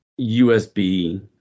USB